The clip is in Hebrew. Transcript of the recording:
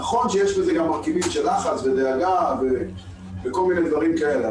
נכון שיש לזה גם מרכיבים של לחץ ודאגה וכל מיני דברים כאלה.